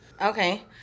Okay